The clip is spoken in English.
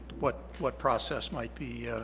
what what process might be